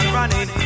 running